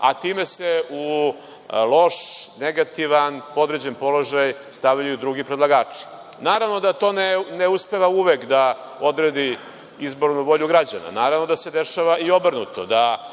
a time se u loš, negativan, podređen položaj stavljaju drugi predlagači. Naravno da to ne uspeva uvek da odredi izbornu volju građana. Naravno da se dešava i obrnuto,